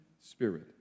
Spirit